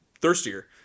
thirstier